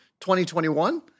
2021